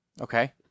Okay